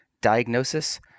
diagnosis